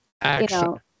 action